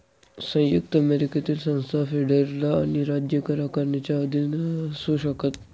संयुक्त अमेरिकेतील संस्था फेडरल आणि राज्य कर आकारणीच्या अधीन असू शकतात